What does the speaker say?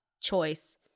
choice